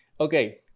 Okay